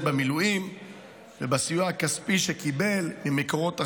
במילואים ובסיוע הכספי שקיבל ממקורות אחרים,